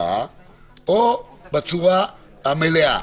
או בצורה המלאה,